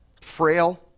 frail